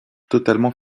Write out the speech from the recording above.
totalement